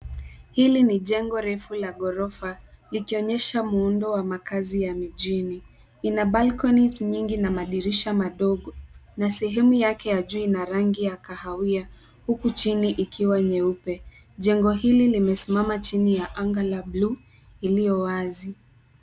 Hili ni jengo refu la gorofa likionyesha muundo wa makazi ya mijini. Ina balconies nyingi na dirisha madogo na sehemu yake ya juu ina rangi ya kahawia huku chini ikiwa nyeupe. Jengo hili limesimama chini ya anga la buluu iliyo wazi.